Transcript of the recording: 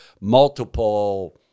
multiple